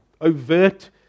overt